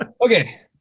Okay